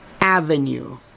avenue